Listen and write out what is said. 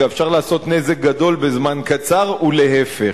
אפשר לעשות נזק גדול בזמן קצר ולהיפך.